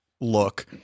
look